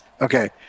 Okay